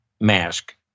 mask